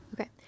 Okay